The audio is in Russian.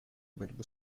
борьбу